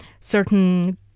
certain